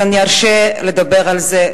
אז אני ארשה לעצמי לדבר על זה.